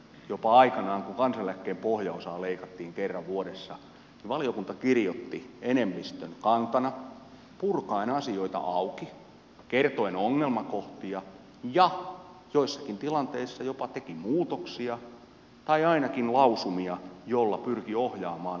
jopa aikanaan kun kansaneläkkeen pohjaosaa leikattiin kerran vuodessa valiokunta kirjoitti enemmistön kantana purkaen asioita auki kertoen ongelmakohtia ja joissakin tilanteissa jopa teki muutoksia tai ainakin lausumia joilla pyrki ohjaamaan tulevaa päätöksentekoa